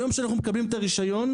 היום כשאנחנו מקבלים את הרישיון,